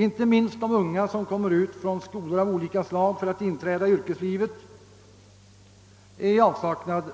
Inte minst de unga som kommer ut från skolor av olika slag för att inträda i yrkeslivet är i avsaknad